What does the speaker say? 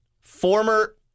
Former